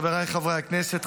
חבריי חברי הכנסת,